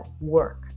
work